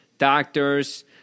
Doctors